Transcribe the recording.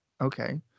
okay